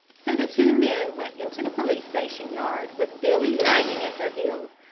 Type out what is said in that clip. so the two men went into the police station yard with billy lagging at their heels,